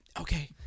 Okay